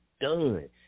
done